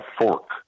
fork